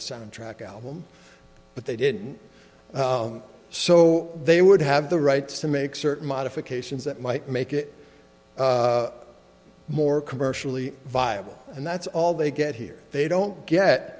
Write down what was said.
soundtrack album but they didn't so they would have the rights to make certain modifications that might make it more commercially viable and that's all they get here they don't get